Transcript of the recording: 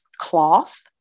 cloth